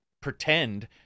pretend